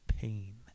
pain